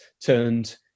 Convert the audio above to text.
turned